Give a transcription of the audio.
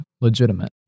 legitimate